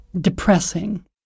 depressing